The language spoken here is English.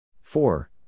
Four